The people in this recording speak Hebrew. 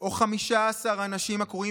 או חמישה עשר אנשים הקרויים